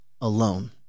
alone